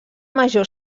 major